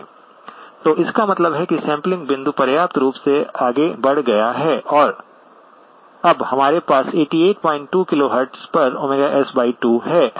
तो इसका मतलब है कि सैंपलिंग बिंदु पर्याप्त रूप से आगे बढ़ गया है और अब हमारे पास 882 KHz पर S2 है